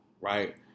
right